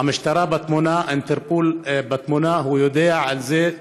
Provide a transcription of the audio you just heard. המשטרה בתמונה, האינטרפול בתמונה, הוא יודע על זה.